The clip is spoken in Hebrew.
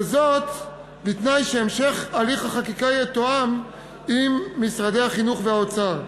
בתנאי שהמשך הליך החקיקה יתואם עם משרד החינוך ומשרד האוצר.